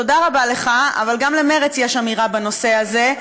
תודה רבה לך, אבל גם למרצ יש אמירה בנושא הזה.